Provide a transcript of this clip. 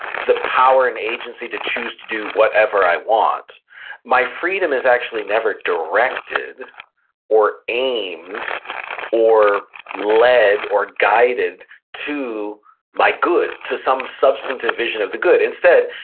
the power and agency to choose to do whatever i want my freedom is actually never directed or aimed or led or guided to my good to some substantive vision of the good instead,